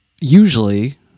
usually